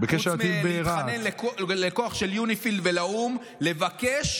חוץ מלהתחנן לכוח של יוניפי"ל ולאו"ם שיבקשו